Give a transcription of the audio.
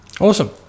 Awesome